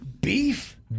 beef